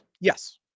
Yes